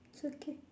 it's okay